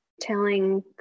telling